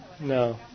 No